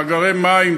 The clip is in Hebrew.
מאגרי מים,